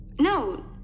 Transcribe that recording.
No